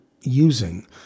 using